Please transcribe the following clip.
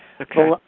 Okay